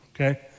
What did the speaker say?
Okay